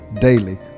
Daily